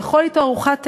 לאכול אתו ארוחת ערב,